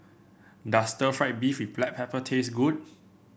does Stir Fried Beef with Black Pepper taste good